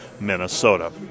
Minnesota